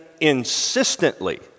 insistently